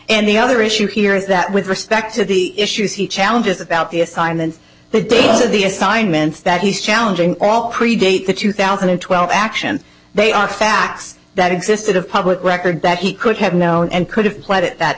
and the other issue here is that with respect to the issues he challenges about the assignments the day of the assignments that he's challenging all predate the two thousand and twelve action they are facts that existed of public record that he could have known and could have played at that